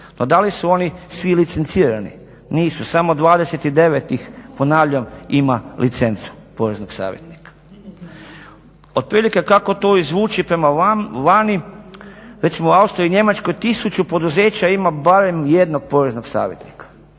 Pa da li su oni svi licencirani, nisu. Samo 29 ih, ponavljam, ima licencu poreznog savjetnika. Otprilike kako to i zvuči prema vani, recimo u Austriji i Njemačkoj tisuću poduzeća ima barem jednog poreznog savjetnika,